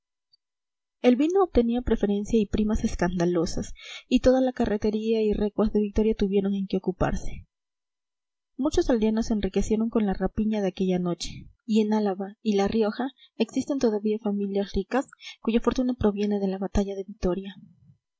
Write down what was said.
el vino obtenía preferencia y primas escandalosas y toda la carretería y recuas de vitoria tuvieron en qué ocuparse muchos aldeanos se enriquecieron con la rapiña de aquella noche y en álava y la rioja existen todavía familias ricas cuya fortuna proviene de la batalla de vitoria